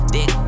Dick